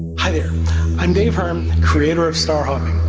hi there i'm dave hearn, creator of star hopping.